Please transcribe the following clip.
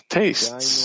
tastes